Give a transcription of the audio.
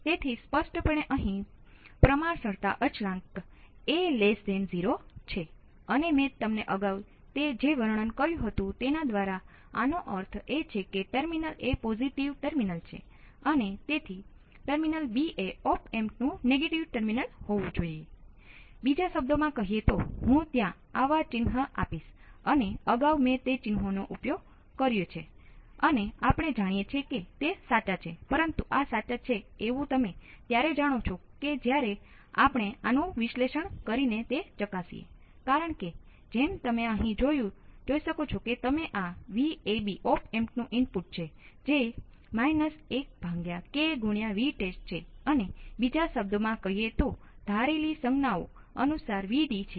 તેથી જો તમે ત્યાં વિદ્યુત પ્રવાહોનો સરવાળો કરો ત્યાં અને ત્યાં આપણે કહીએ કે આ નજીકની સપાટીથી તે બહાર આવી રહ્યા છીએ તો તે સ્પષ્ટ રીતે 0 નથી